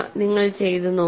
നിങ്ങൾ ചെയ്തു നോക്കുക